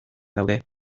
daude